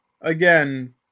again